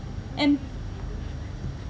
and